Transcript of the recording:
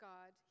God